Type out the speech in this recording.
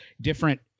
different